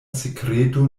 sekreto